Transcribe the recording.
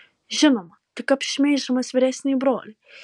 žinoma tik apšmeiždamas vyresnįjį brolį